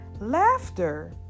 laughter